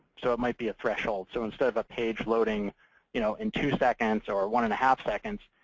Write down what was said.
so it might be a threshold. so instead of a page loading you know in two seconds or one and a half seconds,